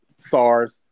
SARS